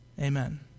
Amen